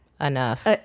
enough